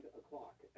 o'clock